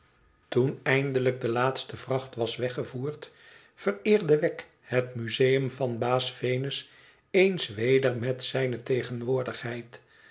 toen eindelijk de laatste vracht was weggevoerd vereerde wegg het museum van baas venus eens weder met zijne tegenwoordigheid